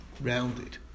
rounded